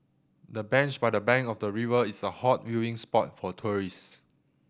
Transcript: the bench by the bank of the river is a hot viewing spot for tourists